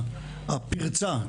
הפרצה,